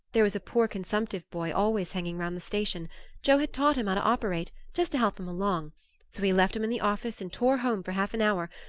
there was a poor consumptive boy always hanging round the station joe had taught him how to operate, just to help him along so he left him in the office and tore home for half an hour,